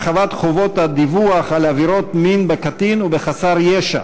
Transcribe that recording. הרחבת חובות הדיווח על עבירות מין בקטין או בחסר ישע),